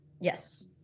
Yes